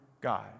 God